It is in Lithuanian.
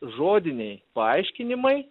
žodiniai paaiškinimai